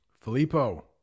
filippo